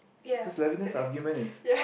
because Levinas argument is